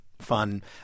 fun